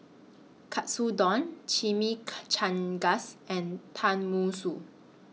Katsudon and Tenmusu